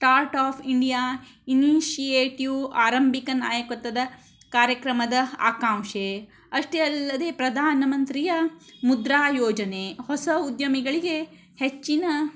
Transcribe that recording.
start of India initiative ಆರಂಭಿಕ ನಾಯಕತ್ವದ ಕಾರ್ಯಕ್ರಮದ ಆಕಾಂಕ್ಷೆ ಅಷ್ಟೇ ಅಲ್ಲದೆ ಪ್ರಧಾನ ಮಂತ್ರಿಯ ಮುದ್ರಾ ಯೋಜನೆ ಹೊಸ ಉದ್ಯಮಿಗಳಿಗೆ ಹೆಚ್ಚಿನ